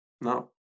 No